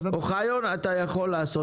אוחיון, אתה יכול לעשות את זה.